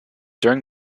during